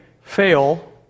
fail